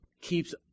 keeps